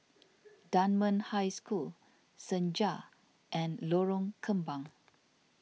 Dunman High School Senja and Lorong Kembang